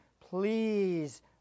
please